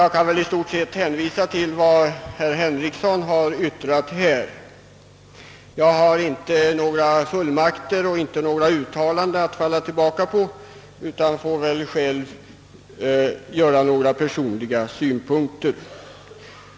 Jag kan i stort sett hänvisa till vad herr Henrikson yttrat. Jag har inte några fullmakter och inte några uttalanden att falla tillbaka på, utan kan endast anföra några personliga synpunkter.